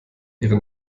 ihre